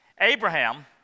Abraham